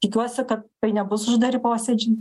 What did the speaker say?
tikiuosi kad tai nebus uždari posėdžiai